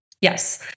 Yes